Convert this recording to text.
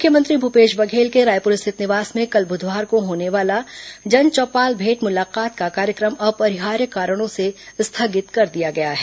मुख्यमंत्री भूपेश बघेल के रायपुर स्थित निवास में कल बुधवार को होने वाला जन चौपाल भेंट मुलाकात का कार्यक्रम अपरिहार्य कारणों से स्थगित कर दिया गया है